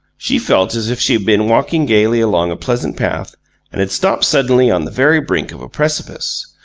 she felt as if she had been walking gaily along a pleasant path and had stopped suddenly on the very brink of a precipice.